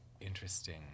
interesting